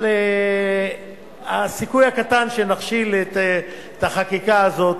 אבל הסיכוי הקטן שנכשיל את החקיקה הזאת